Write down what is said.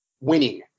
winning